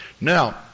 Now